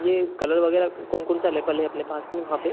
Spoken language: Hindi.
ये कलर वगैरह कौन कौन सा अलेबल है अपने पास में वहाँ पर